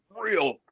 real